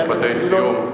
חבר הכנסת גילאון,